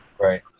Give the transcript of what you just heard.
Right